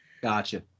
Gotcha